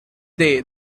day